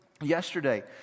yesterday